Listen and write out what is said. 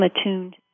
attuned